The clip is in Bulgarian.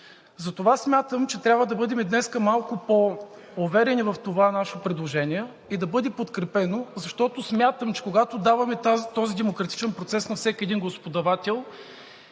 Затова смятам, че днес трябва да бъдем малко по-уверени в това наше предложение и да бъде подкрепено, защото, смятам, че когато даваме този демократичен процес на всеки един гласоподавател,